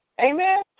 Amen